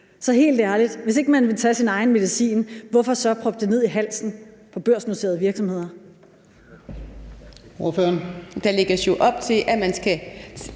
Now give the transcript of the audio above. Så helt ærligt, hvis ikke man vil tage sin egen medicin, hvorfor så proppe det ned i halsen på børsnoterede virksomheder?